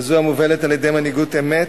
כזו המובלת על-ידי מנהיגות אמת,